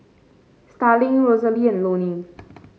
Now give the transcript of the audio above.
Starling Rosalie and Lonnie